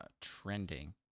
Trending